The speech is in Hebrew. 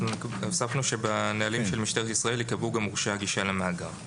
הוספנו ש"בנהלים של משטרת ישראל ייקבעו גם מוריש הגישה למאגר".